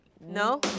No